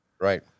Right